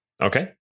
Okay